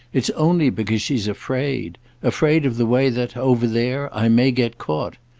it's only because she's afraid afraid of the way that, over there, i may get caught.